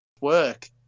work